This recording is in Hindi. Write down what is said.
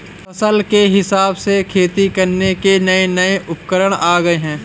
फसल के हिसाब से खेती करने के नये नये उपकरण आ गये है